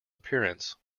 appearance